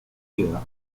escogida